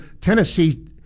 Tennessee